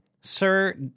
Sir